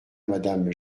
madame